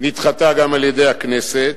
נדחתה גם על-ידי הכנסת.